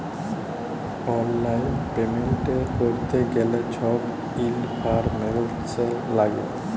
অললাইল পেমেল্ট ক্যরতে গ্যালে ছব ইলফরম্যাসল ল্যাগে